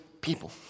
people